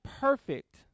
perfect